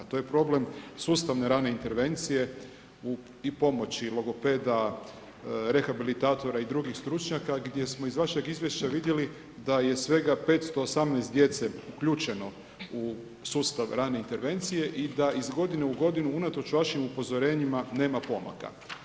To je problem sustavne rane intervencije i pomoći logopeda, rehabilitatora i drugih stručnjaka gdje smo iz vašeg izvješća vidjeli da je svega 518 djece uključeno u sustav rane intervencije i da iz godine u godinu unatoč vašim upozorenjima nema pomaka.